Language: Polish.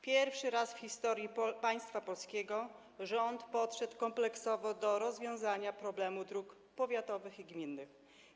Pierwszy raz w historii państwa polskiego rząd podszedł kompleksowo do rozwiązania problemu dróg powiatowych i gminnych.